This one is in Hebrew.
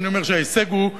ואני אומר שההישג הוא בעיקר,